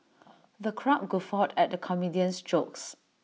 the crowd guffawed at the comedian's jokes